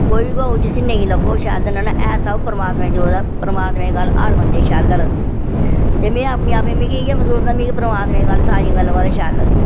कोई गै होग जिसी नेईं लग्गोग शैल ते उन्नै एह् सब परमात्मा दी जोत ऐ परमात्मा दी गल्ल हर बंदे गी शैल गै लगदी ते में अपने आपे च मिगी इ'यै मसूस हुंदा मिगी परमात्मा दी गल्ल सारियें गल्लें कोला शैल लगदी